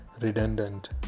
redundant